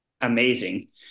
amazing